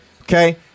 Okay